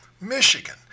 Michigan